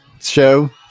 show